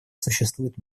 существует